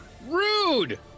rude